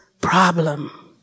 problem